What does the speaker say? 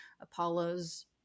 Apollo's